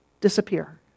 Disappear